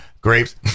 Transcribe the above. grapes